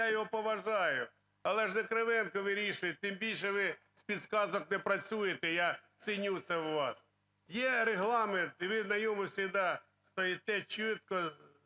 Я його поважаю, але ж не Кривенко вирішує. Тим більше, ви з підказок не працюєте, я ціню це в вас. Є Регламент, і ви на ньому завжди стоїте чітко,